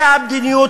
זאת המדיניות,